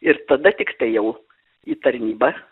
ir tada tiktai jau į tarnybą